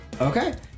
Okay